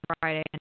Friday